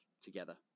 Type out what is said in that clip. together